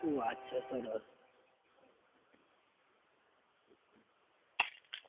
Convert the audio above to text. શું વાત છે સરસ